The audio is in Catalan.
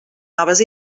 noves